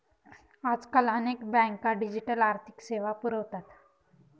आजकाल अनेक बँका डिजिटल आर्थिक सेवा पुरवतात